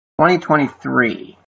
2023